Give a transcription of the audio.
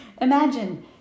Imagine